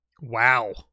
Wow